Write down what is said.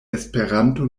esperanto